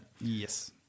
Yes